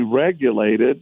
regulated